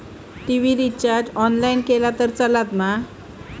TV recharge online केला तरी चलात मा?